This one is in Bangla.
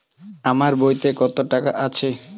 আমার বইতে কত টাকা আছে?